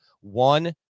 one